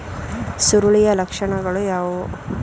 ಸುರುಳಿಯ ಲಕ್ಷಣಗಳು ಯಾವುವು?